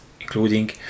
including